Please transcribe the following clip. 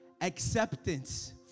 acceptance